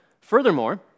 Furthermore